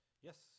Yes